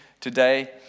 today